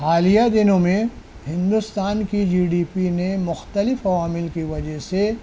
حالیہ دنوں میں ہندوستان کی جی ڈی پی نے مختلف عوامل کی وجہ سے